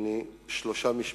שלושה משפטים,